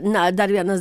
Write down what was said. na dar vienas